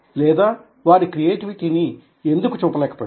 లేదా వారి క్రియేటివిటీని ఎందుకు చూపలేకపోయారు